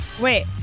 Wait